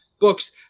books